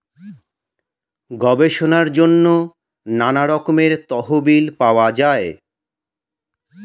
গবেষণার জন্য নানা রকমের তহবিল পাওয়া যায়